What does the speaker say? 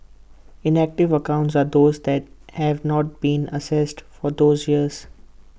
inactive accounts are those that have not been accessed for those years